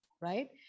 right